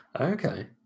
Okay